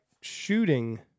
shooting